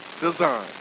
design